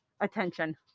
attention